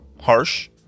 harsh